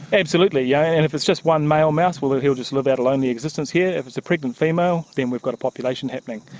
absolutely, yeah and and if it's just one male mouse, well, he'll just live out a lonely existence here, but if it's a pregnant female then we've got a population happening.